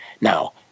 Now